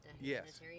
Yes